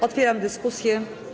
Otwieram dyskusję.